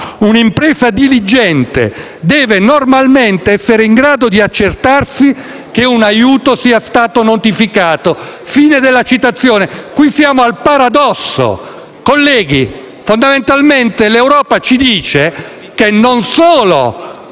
«un'impresa diligente deve normalmente essere in grado di accertarsi che un aiuto sia stato notificato». Fine della citazione. Qui siamo al paradosso. Colleghi, fondamentalmente l'Europa ci dice non solo